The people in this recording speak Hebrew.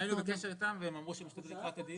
היינו בקשר אתם והם אמרו שישלחו לקראת הדיון.